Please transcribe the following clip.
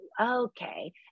okay